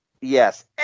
Yes